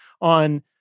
on